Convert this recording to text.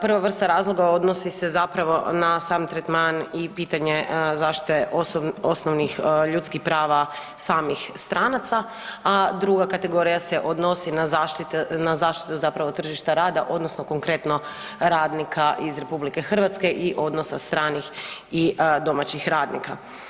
Prva vrsta razloga odnosi se zapravo na sam tretman i pitanje zaštite osnovnih ljudskih prava samih stranaca, a druga kategorija se odnosi na zaštitu zapravo tržišta rada odnosno konkretno radnika iz RH i odnosa stranih i domaćih radnika.